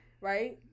right